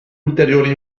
ulteriori